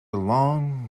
long